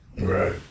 Right